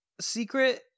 secret